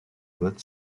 vote